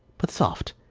but soft!